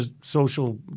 social